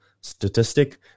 statistic